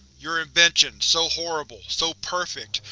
your inventions, so horrible, so perfect,